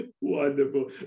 Wonderful